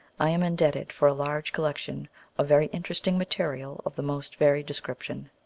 i am indebted for a large collection of very in teresting material of the most varied description.